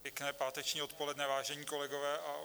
Pěkné páteční odpoledne, vážení kolegové.